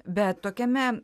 bet tokiame